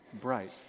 Bright